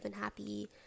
happy